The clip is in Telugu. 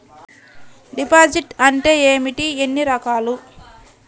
డిపాజిట్ అంటే ఏమిటీ ఎన్ని రకాలు?